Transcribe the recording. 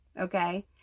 okay